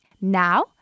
Now